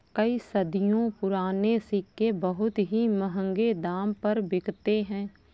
कई सदियों पुराने सिक्के बहुत ही महंगे दाम पर बिकते है